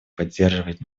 поддерживает